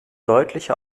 deutliche